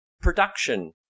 Production